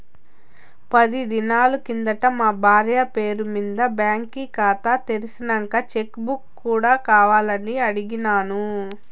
పది దినాలు కిందట మా బార్య పేరు మింద బాంకీ కాతా తెర్సినంక చెక్ బుక్ కూడా కావాలని అడిగిన్నాను